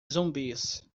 zumbis